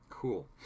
cool